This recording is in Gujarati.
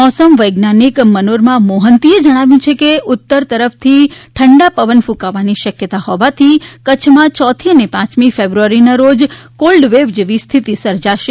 મોસમ વૈજ્ઞાનિક મનોરમા મોહંતીએ જણાવ્યુ છે કે ઉત્તર તરફથી ઠંડા પવન કૃંકાવાની શક્યતા હોવાથી કચ્છમાં યોથી અને પાંચમી ફેબ્રુયારીના રોજ કોલ્ડ વેવ જેવી સ્થિતિ સર્જાશે